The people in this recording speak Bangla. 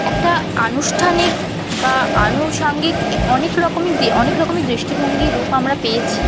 একটা আনুষ্ঠানিক বা আনুষঙ্গিক অনেক রকমই অনেক রকমই দৃষ্টিভঙ্গি রূপ আমরা পেয়েছি